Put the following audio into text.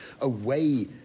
away